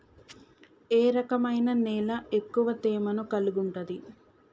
ఏ రకమైన నేల ఎక్కువ తేమను కలిగుంటది?